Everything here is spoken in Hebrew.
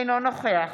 אינו נוכח